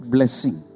Blessing